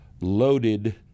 loaded